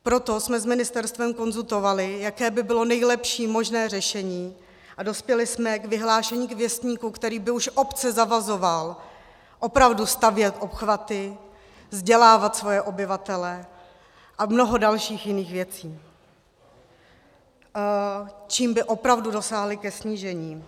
Proto jsme s ministerstvem konzultovali, jaké by bylo nejlepší možné řešení a dospěli jsme k vyhlášení, k věstníku, který by už obce zavazoval opravdu stavět obchvaty, vzdělávat svoje obyvatele a mnoho dalších jiných věcí, čím by opravdu dosáhli ke snížení.